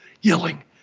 yelling